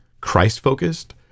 Christ-focused